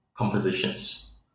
Compositions